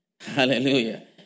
Hallelujah